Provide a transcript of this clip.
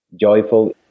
joyful